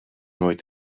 nooit